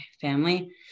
family